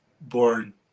born